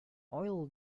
oil